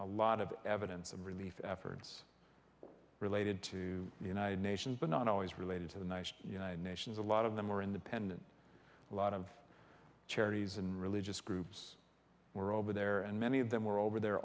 a lot of evidence of relief efforts related to the united nations but not always related to the nice united nations a lot of them were independent a lot of charities and religious groups were over there and many of them were over there